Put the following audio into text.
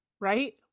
right